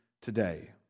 today